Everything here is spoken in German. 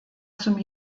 zum